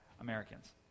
Americans